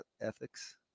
ethics